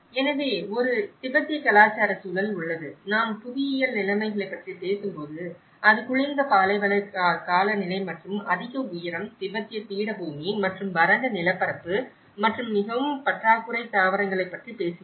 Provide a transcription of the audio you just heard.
எனவே ஒரு திபெத்திய கலாச்சார சூழல் உள்ளது நாம் புவியியல் நிலைமைகளைப் பற்றி பேசும்போது அது குளிர்ந்த பாலைவன காலநிலை மற்றும் அதிக உயரம் திபெத்திய பீடபூமி மற்றும் வறண்ட நிலப்பரப்பு மற்றும் மிகவும் பற்றாக்குறை தாவரங்களைப் பற்றி பேசுகிறது